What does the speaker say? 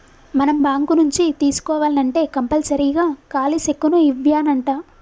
మనం బాంకు నుంచి తీసుకోవాల్నంటే కంపల్సరీగా ఖాలీ సెక్కును ఇవ్యానంటా